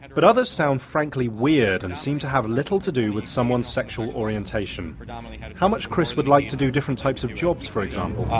but others sound frankly weird and seem to have little to do with someone's sexual orientation. um how much chris would like to do different types of jobs, for example.